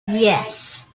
yes